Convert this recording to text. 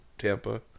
Tampa